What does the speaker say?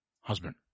husband